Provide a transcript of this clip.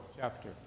chapter